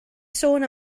sôn